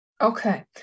okay